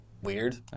Weird